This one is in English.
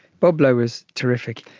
bob lowe was terrific.